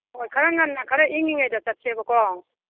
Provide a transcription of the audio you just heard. ꯍꯣꯏ ꯈꯔ ꯉꯟꯅ ꯈꯔ ꯏꯪꯏꯉꯩꯗ ꯆꯠꯁꯦꯕꯀꯣ